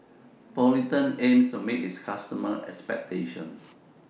Polident aims to meet its customers' expectations